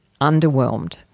underwhelmed